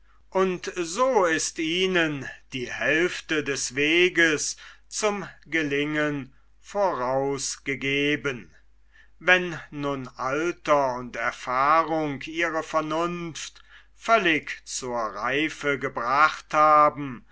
und so ist ihnen die hälfte des weges zum gelingen vorausgegeben wann nun alter und erfahrung ihre vernunft völlig zur reife gebracht haben